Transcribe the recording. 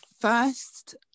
first